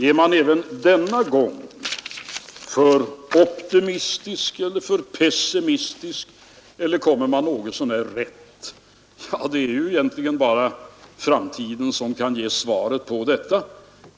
Är man även denna gång för optimistisk, är man för pessimistisk eller kommer man något så när rätt? Ja, det är ju egentligen bara framtiden som kan ge svar på det?